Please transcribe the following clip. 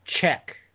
check